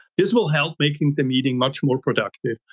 this will help making the meeting much more productive.